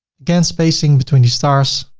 again, spacing between the stars,